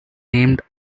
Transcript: named